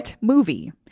movie